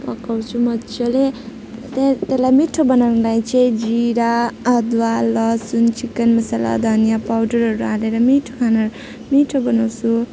पकाउँछु मज्जाले त्यहाँ त्यसलाई मिठो बनाउनुलाई चाहिँ जिरा अदुवा लसुन चिकन मसला धनियाँ पाउडरहरू हालेर मिठो खाना मिठो बनाउँछु